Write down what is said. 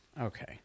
Okay